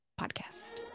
podcast